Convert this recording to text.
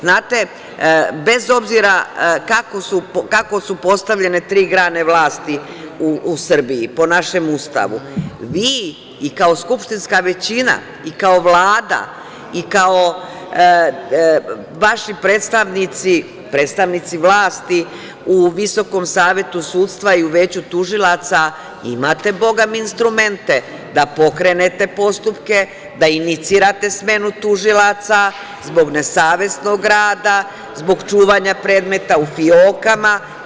Znate, bez obzira kako su postavljene tri grane vlasti u Srbiji, po našem Ustavu, vi i kao skupštinska većina i kao Vlada i kao vaši predstavnici, predstavnici vlasti u Visokom savetu sudstva i u Veću tužilaca imate bogami instrumente da pokretne postupke, da inicirate smenu tužilaca zbog nesavesnog rada, zbog čuvanja predmeta u fiokama.